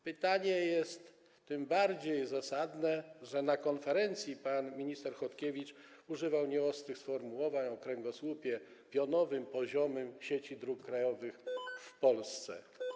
Pytanie jest tym bardziej zasadne, że na konferencji pan minister Chodkiewicz używał nieostrych sformułowań o kręgosłupie pionowym, poziomym sieci dróg krajowych w Polsce.